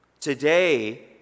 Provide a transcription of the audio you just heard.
Today